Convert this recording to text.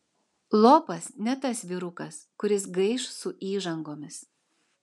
lopas ne tas vyrukas kuris gaiš su įžangomis